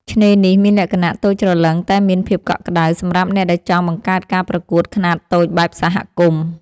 ឆ្នេរនេះមានលក្ខណៈតូចច្រឡឹងតែមានភាពកក់ក្ដៅ សម្រាប់អ្នកដែលចង់បង្កើតការប្រកួតខ្នាតតូចបែបសហគមន៍។